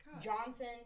Johnson